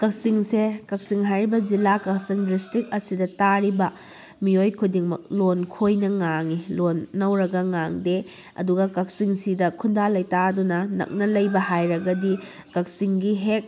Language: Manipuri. ꯀꯛꯆꯤꯡꯁꯦ ꯀꯛꯆꯤꯡ ꯍꯥꯏꯔꯤꯕ ꯖꯤꯂꯥ ꯀꯛꯆꯤꯡ ꯗꯤꯁꯇꯔꯤꯛ ꯑꯁꯤꯗ ꯇꯥꯔꯤꯕ ꯃꯤꯑꯣꯏ ꯈꯨꯗꯤꯡꯃꯛ ꯂꯣꯟ ꯈꯣꯏꯅ ꯉꯥꯡꯏ ꯂꯣꯟ ꯅꯧꯔꯒ ꯉꯥꯡꯗꯦ ꯑꯗꯨꯒ ꯀꯛꯆꯤꯡꯁꯤꯗ ꯈꯨꯟꯗꯥ ꯂꯩꯇꯥꯗꯨꯅ ꯅꯛꯅ ꯂꯩꯕ ꯍꯥꯏꯔꯒꯗꯤ ꯀꯛꯆꯤꯡꯒꯤ ꯍꯦꯛ